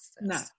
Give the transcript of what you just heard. No